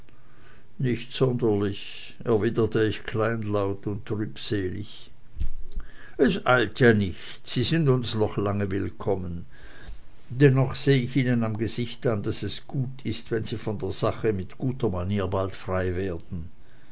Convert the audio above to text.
nicht sonderlich erwiderte ich kleinlaut und trübselig es eilt ja nicht sie sind uns noch lange willkommen dennoch seh ich ihnen am gesicht an daß es gut ist wenn sie von der sache mit guter manier bald frei werden